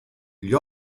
gli